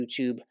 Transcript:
YouTube